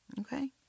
Okay